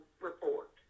report